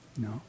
No